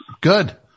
Good